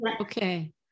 okay